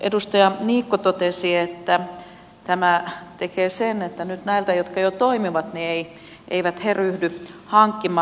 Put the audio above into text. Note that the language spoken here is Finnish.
edustaja niikko totesi että tämä tekee sen että nyt nämä jotka jo toimivat eivät ryhdy hankkimaan